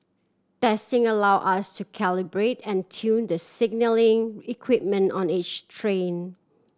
testing allow us to calibrate and tune the signalling equipment on each train